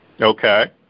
Okay